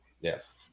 Yes